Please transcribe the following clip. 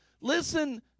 Listen